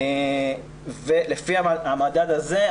לפי המדד הזה,